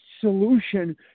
solution